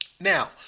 now